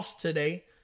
today